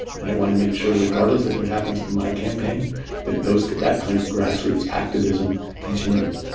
and i want to make sure regardless of what happens to my campaign that that kind of grassroots activism continues.